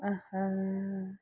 अहँ